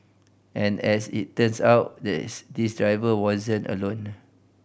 and as it turns out this driver wasn't alone